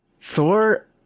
Thor